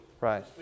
Right